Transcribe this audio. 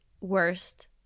worst